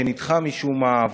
שנדחה משום מה.